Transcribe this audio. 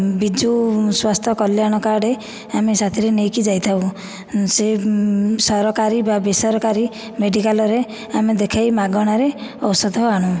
Biju Swasthya Kalyan card ଆମେ ସାଥିରେ ନେଇକି ଯାଇଥାଉ ସେ ସରକାରୀ ବା ବେସରକାରୀ ମେଡ଼ିକାଲରେ ଆମେ ଦେଖାଇ ମାଗଣାରେ ଔଷଧ ଆଣୁ